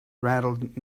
rattled